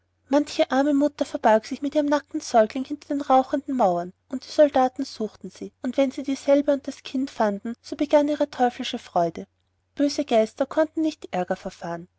manche arme mutter verbarg sich mit ihrem nackten säugling hinter den rauchenden mauern und die soldaten suchten sie und wenn sie dieselbe und das kind fanden so begann ihre teuflische freude böse geister konnten nicht ärger verfahren